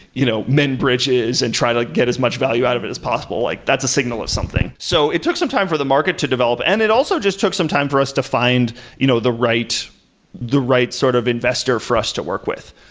you know, mend bridges and try to get as much value out of it as possible, like that's signal of something so it took some time for the market to develop and it also just took some time for us to find you know the right the right sort of investor for us to work with.